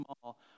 small